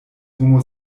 homo